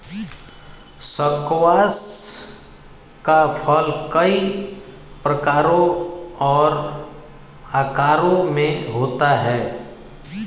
squash का फल कई प्रकारों और आकारों में होता है